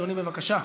אדוני, בבקשה.